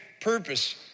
purpose